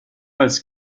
als